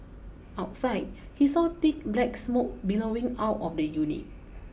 outside he saw thick black smoke billowing out of the unit